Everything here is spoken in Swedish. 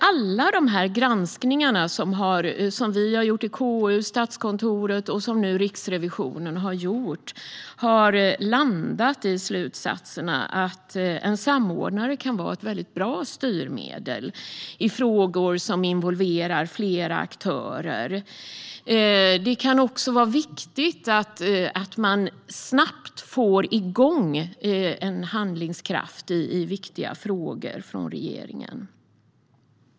Alla dessa granskningar som vi har gjort i KU och som Statskontoret och nu även Riksrevisionen har gjort har landat i slutsatserna att en samordnare kan vara ett bra styrmedel i frågor som involverar flera aktörer. Det kan också vara viktigt att man snabbt får igång en handlingskraft i viktiga frågor från regeringen.